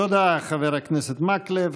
תודה, חבר הכנסת מקלב.